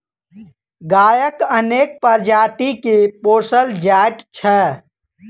गायक अनेक प्रजाति के पोसल जाइत छै